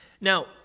Now